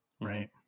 right